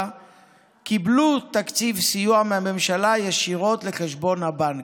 קיבלו תקציב סיוע מהממשלה ישירות לחשבון הבנק.